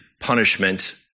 punishment